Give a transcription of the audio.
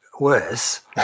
worse